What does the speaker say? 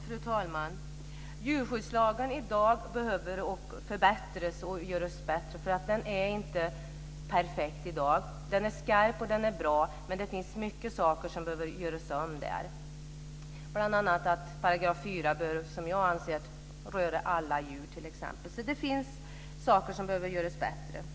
Fru talman! Djurskyddslagen behöver förbättras. Den är inte perfekt i dag. Den är skarp och bra, men det finns många saker som behöver göras om. Jag anser bl.a. att 4 § bör röra alla djur, så det finns saker som behöver göras bättre.